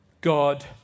God